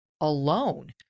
alone